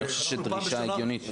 אני חושב שזאת דרישה הגיונית,